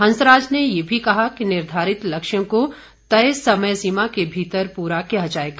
हंसराज ने ये भी कहा कि निर्धारित लक्ष्यों को तय समय सीमा के भीतर पूरा किया जाएगा